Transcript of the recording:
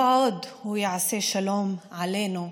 לא עוד "הוא יעשה שלום עלינו",